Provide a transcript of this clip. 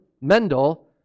Mendel